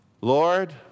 Lord